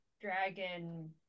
dragon